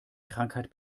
krankheit